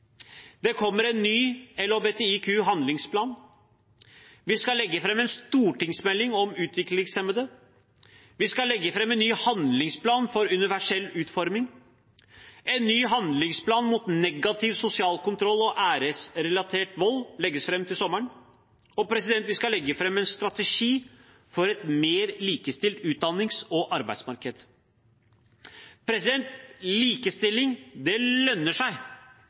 Det kommer en ny LHBTIQ-handlingsplan. Vi skal legge fram en stortingsmelding om utviklingshemmede. Vi skal legge fram en ny handlingsplan for universell utforming. En ny handlingsplan mot negativ sosial kontroll og æresrelatert vold legges fram til sommeren. Vi skal legge fram en strategi for et mer likestilt utdannings- og arbeidsmarked. Likestilling lønner seg.